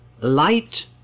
light